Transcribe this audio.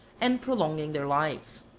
and prolonging their lives.